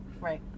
Right